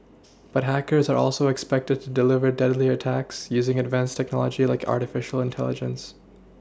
but hackers are also expected to deliver deadlier attacks using advanced technology like artificial intelligence